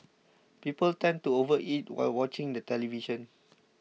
people tend to overeat while watching the television